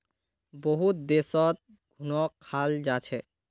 बहुत देशत घुनक खाल जा छेक